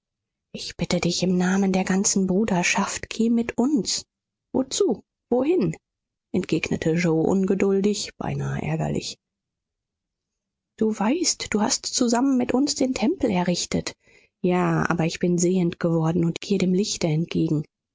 ich bitte dich im namen der ganzen brüderschaft geh mit uns wozu wohin entgegnete yoe ungeduldig beinahe ärgerlich du weißt du hast zusammen mit uns den tempel errichtet ja aber ich bin sehend geworden und gehe dem lichte entgegen